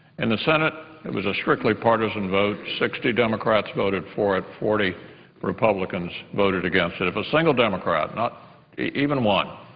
in the senate, it was a strictly partisan vote. sixty democrats voted for it, forty republicans voted against it. if a single democrat, and even one,